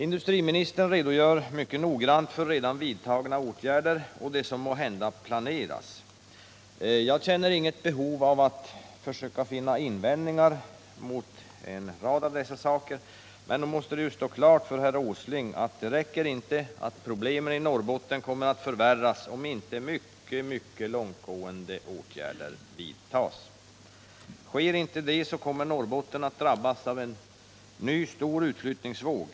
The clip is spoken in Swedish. Industriministern redogör mycket noggrant för redan vidtagna åtgärder och det som måhända planeras. Jag känner inget behov av att försöka finna invändningar mot en rad av dessa saker, men nog måste det stå klart för herr Åsling att det inte räcker, att problemen i Norrbotten kommer att förvärras, om inte mycket, mycket långtgående åtgärder vidtas. Sker inte det kommer Norrbotten att drabbas av en ny, stor utflyttningsvåg.